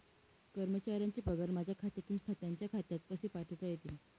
कर्मचाऱ्यांचे पगार माझ्या खात्यातून त्यांच्या खात्यात कसे पाठवता येतील?